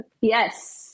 yes